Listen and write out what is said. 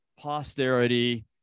posterity